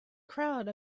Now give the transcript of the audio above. crowd